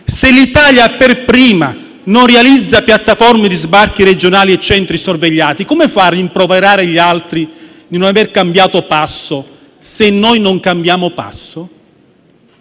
se l'Italia per prima non realizza piattaforme di sbarco regionali e centri sorvegliati? Come fa a rimproverare gli altri di non aver cambiato passo se noi non cambiamo passo?